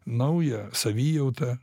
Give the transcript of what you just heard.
naują savijautą